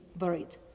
worried